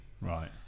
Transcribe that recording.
Right